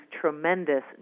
tremendous